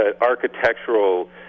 architectural